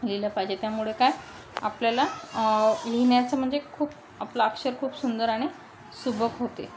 लिहिलं पाहिजे त्यामुळे काय आपल्याला लिहिण्याचं म्हणजे खूप आपलं अक्षर खूप सुंदर आणि सुबक होते